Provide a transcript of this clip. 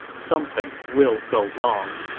something will go wrong.